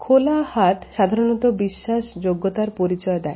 খোলা হাত সাধারণত বিশ্বাস যোগ্যতার পরিচয় দেয়